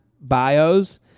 bios